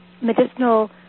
Medicinal